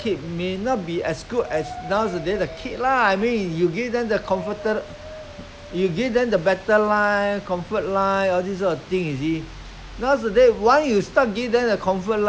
I mean they they they getting more demand and demand not like last time [one] I mean they got the s~ one toy they are quite satisfied already you see not like nowadays you see the whole house full of the toy